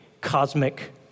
cosmic